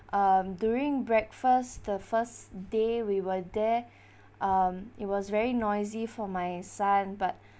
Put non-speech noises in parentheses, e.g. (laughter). um during breakfast the first day we were there (breath) um it was very noisy for my son but